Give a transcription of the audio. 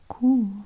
cool